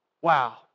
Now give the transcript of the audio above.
Wow